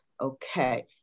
Okay